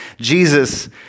Jesus